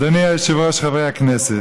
אדוני היושב-ראש, חברי הכנסת,